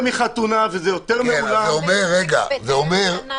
אני רוצה שתקבעו סיור פיזי,